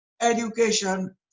education